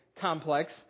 complex